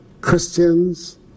Christians